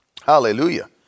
Hallelujah